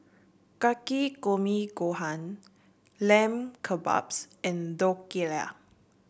Takikomi Gohan Lamb Kebabs and Dhokla